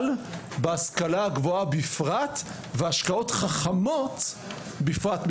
ובהשכלה הגבוהה בפרט ובהשקעות חכמות בפרט בפרט.